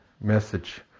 message